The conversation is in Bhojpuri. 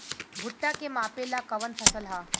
भूट्टा के मापे ला कवन फसल ह?